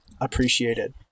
appreciated